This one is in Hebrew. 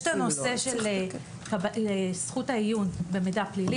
יש את הנושא של זכות העיון במידע פלילי